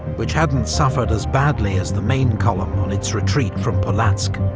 which hadn't suffered as badly as the main column on its retreat from polotsk.